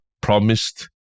promised